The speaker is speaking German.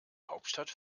hauptstadt